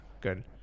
Good